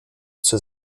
zur